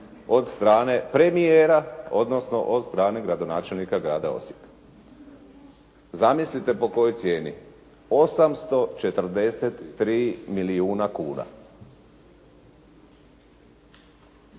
od strane premijera, odnosno od strane gradonačelnika grada Osijeka. Zamislite po kojoj cijeni? 843 milijuna kuna.